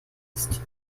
ist